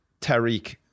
Tariq